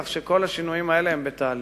כל השינויים האלה הם בתהליך.